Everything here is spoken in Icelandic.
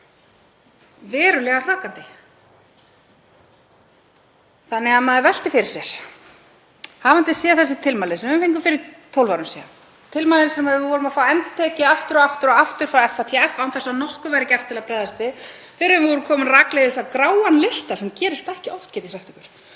verulega hrakandi. Þannig að maður veltir fyrir sér — hafandi séð þessi tilmæli, sem við fengum fyrir 12 árum síðan, tilmæli sem við vorum að fá endurtekið, aftur og aftur, frá FATF án þess að nokkuð væri gert til að bregðast við fyrr en við vorum komin rakleiðis á gráan lista, sem gerist ekki oft, get ég sagt ykkur,